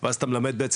באמת,